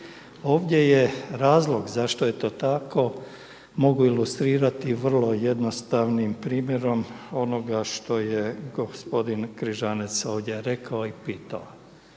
Ovdje je razlog zašto je to tako mogu ilustrirati vrlo jednostavnim primjerom onoga što je gospodin Križanec ovdje rekao i pitao